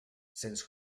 cens